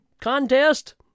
contest